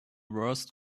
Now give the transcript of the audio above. worst